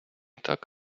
так